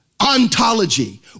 ontology